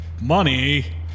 Money